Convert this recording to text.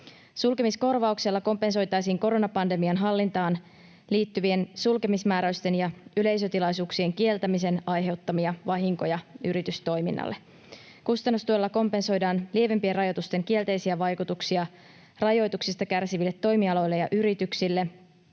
Sulkemiskorvauksella kompensoitaisiin koronapandemian hallintaan liittyvien sulkemismääräysten ja yleisötilaisuuksien kieltämisen aiheuttamia vahinkoja yritystoiminnalle. Kustannustuella kompensoidaan lievempien rajoitusten kielteisiä vaikutuksia rajoituksista kärsiville toimialoille ja yrityksille.